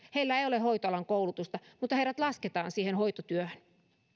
heillä ei ole hoitoalan koulutusta mutta heidät lasketaan siihen hoitotyöhön